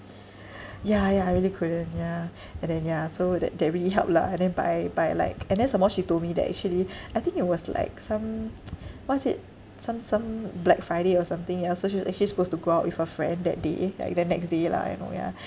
ya ya I really couldn't ya and then ya so that that really helped lah and then by by like and then some more she told me that actually I think it was like some what is it some some black friday or something ya so she's actually supposed to go out with a friend that day like the next day lah you know ya